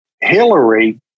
Hillary